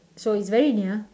so it's very near